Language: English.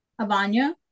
avanya